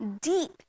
deep